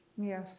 Yes